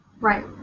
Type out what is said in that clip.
Right